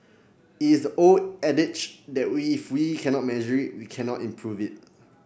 it is the old adage that we if we cannot measure we cannot improve it